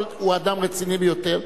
אבל הוא אדם רציני ביותר,